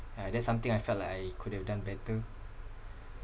ya that's something I felt like I could have done better